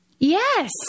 Yes